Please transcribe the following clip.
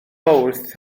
mawrth